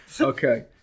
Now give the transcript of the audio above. okay